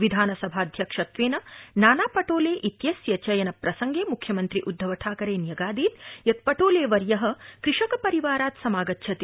विधानसभाध्यक्षत्वेन नाना पर्तिते इत्यस्य चयनप्रसंगे मुख्यमन्त्री उद्धव ठाकरे न्यगादीत् यत् परिलेवर्य कृषक परिवारात् समागच्छति